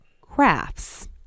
Crafts